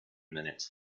minutes